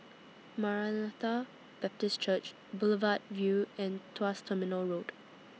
Maranatha Baptist Church Boulevard Vue and Tuas Terminal Road